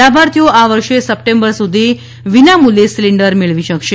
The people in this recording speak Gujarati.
લાભાર્થીઓ આ વર્ષે સપ્ટેમ્બર સુધી નિ શુલ્ક સિલિન્ડર મેળવી શકશે